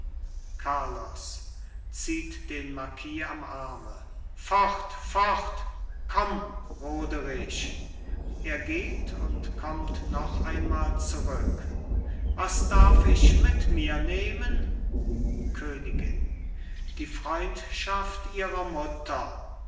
carlos zieht den marquis am arme fort fort komm roderich er geht und kommt noch einmal zurück was darf ich mit mir nehmen königin die freundschaft ihrer mutter